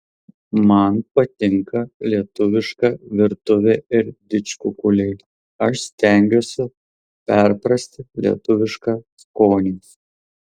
man patinka lietuviška virtuvė ir didžkukuliai aš stengiuosi perprasti lietuvišką skonį